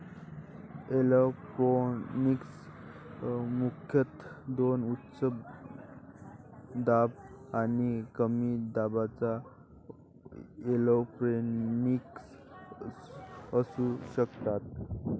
aeroponics मुख्यतः दोन उच्च दाब आणि कमी दाबाच्या एरोपोनिक्स असू शकतात